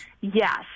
yes